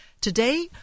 Today